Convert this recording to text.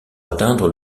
atteindre